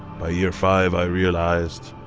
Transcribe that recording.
by year five, i realized.